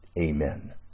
Amen